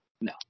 No